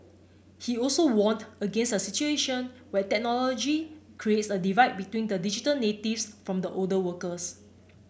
he also warned against a situation where technology creates a divide between the digital natives from the older workers